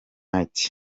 night